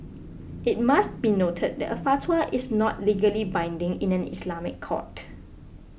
it must be noted that a fatwa is not legally binding in an Islamic court